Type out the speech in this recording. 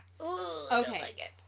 Okay